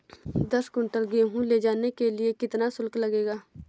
दस कुंटल गेहूँ ले जाने के लिए कितना शुल्क लगेगा?